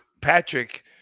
Patrick